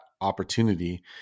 opportunity